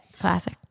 Classic